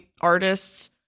artists